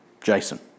Jason